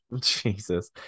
Jesus